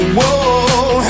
Whoa